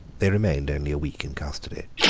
they remained only a week in custody.